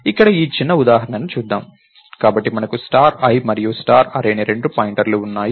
ఇక్కడ ఈ చిన్న ఉదాహరణను చూద్దాం కాబట్టి మనకు స్టార్ i మరియు స్టార్ అర్రే అనే రెండు పాయింటర్లు ఉన్నాయి